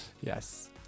Yes